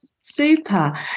Super